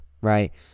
right